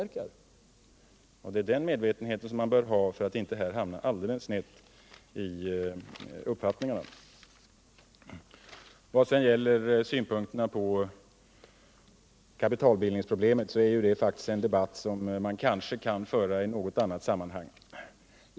Det är den medvetenheten man bör ha för att inte här hamna alldeles snett i uppfattningarna. Vad sedan gäller synpunkterna på kapitalbildningsproblemet så är det en debatt som vi kanske kan föra i annat sammanhang.